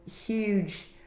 huge